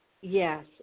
Yes